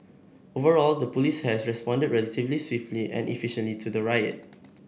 overall the police had responded relatively swiftly and efficiently to the riot